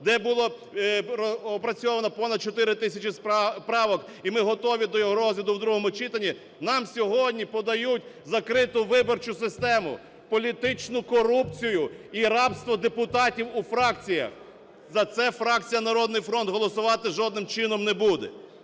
де було опрацьовано понад 4 тисячі правок, і ми готові до його розгляду в другому читанні, нам сьогодні подають закриту виборчу систему, політичну корупцію і рабство депутатів у фракціях! За це фракція "Народний фронт" голосувати жодним чином не буде.